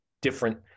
different